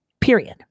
period